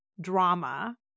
drama